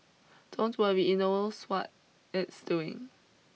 don't worry it knows what it's doing